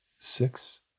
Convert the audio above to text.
six